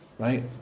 Right